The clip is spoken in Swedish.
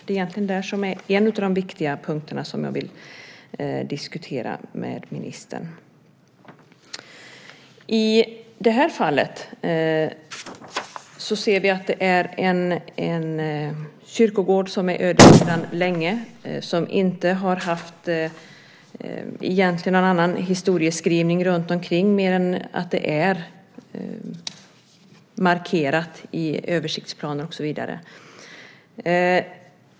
Det är en av de viktiga punkterna som jag vill diskutera med ministern. I det här fallet ser vi att det är en kyrkogård som är öde sedan länge. Den har inte haft någon annan historieskrivning runtomkring annat än att det är markerat i översiktsplaner och så vidare.